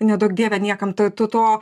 neduok dieve niekam tu tu to